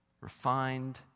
refined